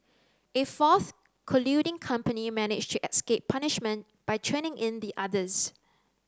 a fourth colluding company managed to escape punishment by turning in the others